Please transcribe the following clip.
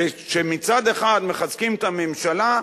כשמצד אחד מחזקים את הממשלה,